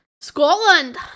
Scotland